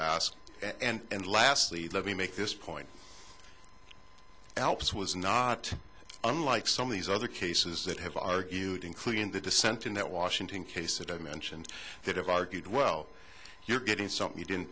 ask and lastly let me make this point alpes was not unlike some of these other cases that have argued including the dissent in that washington case that i mentioned that have argued well you're getting something you didn't